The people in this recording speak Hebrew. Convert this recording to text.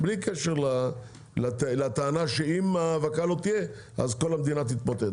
בלי קשר לטענה שאם האבקה לא תהיה אז כל המדינה תתמוטט.